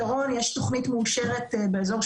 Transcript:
וקידמתם לי את תכנית המתאר של הישוב,